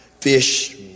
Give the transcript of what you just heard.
fish